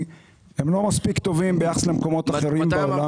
לא מספיק טובים ביחס למקומות אחרים בעולם.